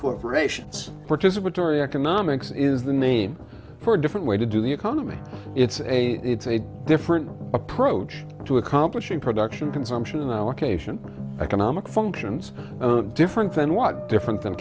corporations participatory economics is the name for a different way to do the economy it's a it's a different approach to accomplishing production consumption in our cation economic functions oh different than what different than